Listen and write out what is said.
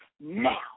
now